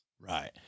Right